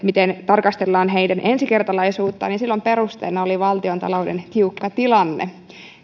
miten tarkastellaan heidän ensikertalaisuuttaan perusteena oli valtiontalouden tiukka tilanne eli